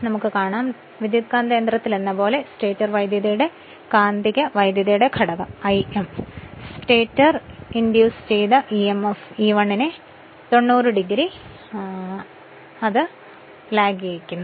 ട്രാൻസ്ഫോർമറിലെന്നപോലെ stator വൈദ്യുതിയുടെ കാന്തിക വൈദ്യുതിയുടെ ഘടകം Im stator induced emf E1 നെ 90o ഡിഗ്രി പിന്നിലാക്കുന്നു